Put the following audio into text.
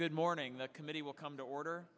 good morning the committee will come to order